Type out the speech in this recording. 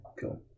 cool